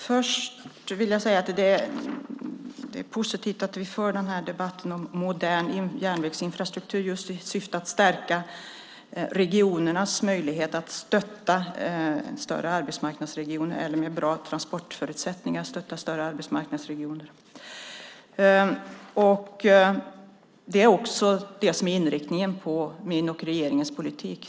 Fru talman! Det är positivt att vi för den här debatten om modern järnvägsinfrastruktur just i syfte att stärka regionernas möjlighet att stötta större arbetsmarknadsregioner även med bra transportförutsättningar. Det är också det som är inriktningen på min och regeringens politik.